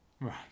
Right